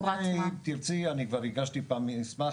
אני כבר הגשתי פעם מסמך,